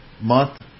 month